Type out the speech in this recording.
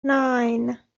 nine